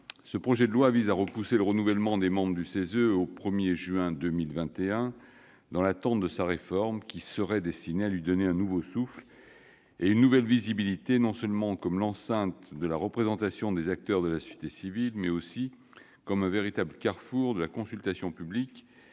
ce projet de loi vise à reporter le renouvellement des membres du CESE au 1 juin 2021, dans l'attente d'une réforme qui serait destinée à lui donner un nouveau souffle et une nouvelle visibilité, non seulement comme l'enceinte de la représentation des acteurs de la société civile, mais aussi comme un véritable carrefour de la consultation publique